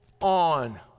on